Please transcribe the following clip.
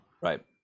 Right